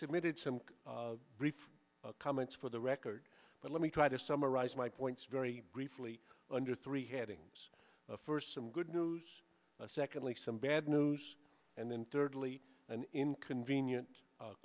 submitted some brief comments for the record but let me try to summarize my points very briefly under three headings first some good news and secondly some bad news and then thirdly an inconvenient